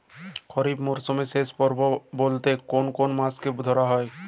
খরিপ মরসুমের শেষ পর্ব বলতে কোন কোন মাস কে ধরা হয়?